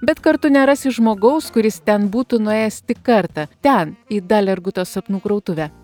bet kartu nerasi žmogaus kuris ten būtų nuėjęs tik kartą ten į dalerguto sapnų krautuvę